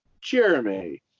Jeremy